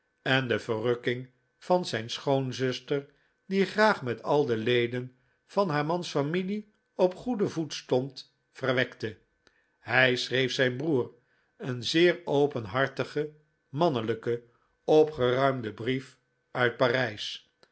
en de verrukking van zijn schoonzuster die graag met al de leden van haar mans familie op goeden voet stond verwekte hij schreef zijn broer een zeer openhartigen mannelijken opgeruimden brief uit parijs